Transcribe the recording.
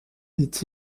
dit